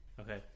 Okay